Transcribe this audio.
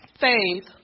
faith